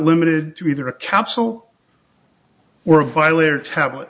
limited to either a capsule were violated tablet